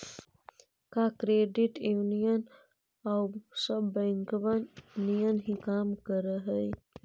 का credit union आउ सब बैंकबन नियन ही काम कर हई?